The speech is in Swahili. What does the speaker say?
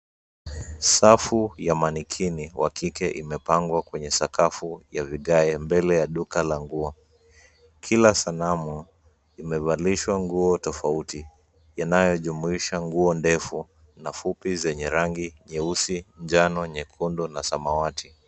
Safu ya manikini wa kike imepangwa kwenye sakafu ya vigae mbele ya duka la nguo. Kila sanamu, imevalishwa nguo tofauti. Yanayojumuisha nguo ndefu na fupi, zenye rangi nyeusi, njano, nyekundu, na samawati.